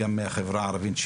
גם מן החברה הערבית,